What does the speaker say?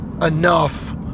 enough